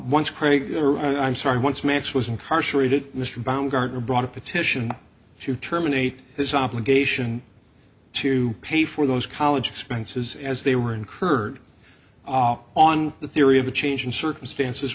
once craig i'm sorry once max was incarcerated mr brown gardner brought a petition to terminate his obligation to pay for those college expenses as they were incurred on the theory of a change in circumstances